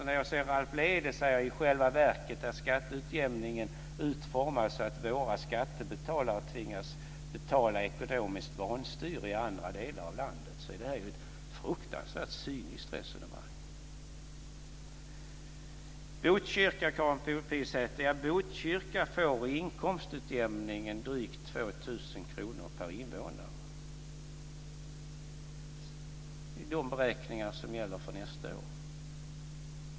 När jag hör Ralph Lédel säga att skatteutjämningen i själva verket är utformad så att våra skattebetalare tvingas betala ekonomiskt vanstyre i andra delar av landet så tycker jag att det är ett fruktansvärt cyniskt resonemang. Botkyrka får i inkomstutjämning drygt 2 000 kr per invånare, Karin Pilsäter. Det är de beräkningar som gäller för nästa år.